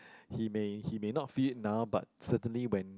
he may he may not feel it now but certainly when